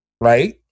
Right